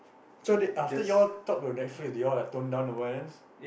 so they after you all talk to the next they all like tone down